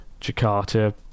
Jakarta